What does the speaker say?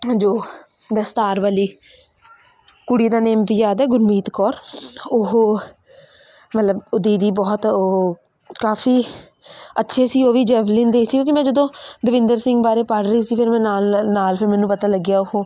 ਜੋ ਦਸਤਾਰ ਵਾਲੀ ਕੁੜੀ ਦਾ ਨੇਮ ਵੀ ਯਾਦ ਹੈ ਗੁਰਮੀਤ ਕੌਰ ਉਹ ਮਤਲਬ ਉਹ ਦੀਦੀ ਬਹੁਤ ਉਹ ਕਾਫੀ ਅੱਛੇ ਸੀ ਉਹ ਵੀ ਜੈਵਲਿਨ ਦੇ ਸੀ ਕਿਉਂਕਿ ਮੈਂ ਜਦੋਂ ਦਵਿੰਦਰ ਸਿੰਘ ਬਾਰੇ ਪੜ੍ਹ ਰਹੀ ਸੀ ਫਿਰ ਮੈਂ ਨਾਲ ਨਾਲ ਫਿਰ ਮੈਨੂੰ ਪਤਾ ਲੱਗਿਆ ਉਹ